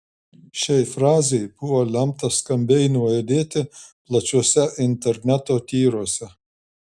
šiai frazei buvo lemta skambiai nuaidėti plačiuose interneto tyruose